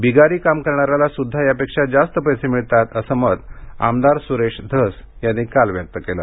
बिगारी काम करणाऱ्याला सुध्दा यापेक्षा जास्त पैसे मिळतात असं मत आमदार स्रेश धस यांनी काल व्यक्त केलं